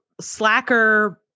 slacker